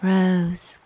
rose